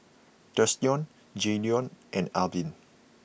Thurston Jaydon and Albin